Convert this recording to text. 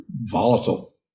volatile